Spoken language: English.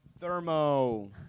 Thermo